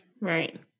Right